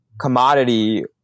commodity